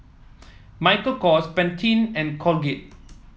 Michael Kors Pantene and Colgate